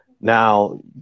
Now